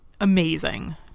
amazing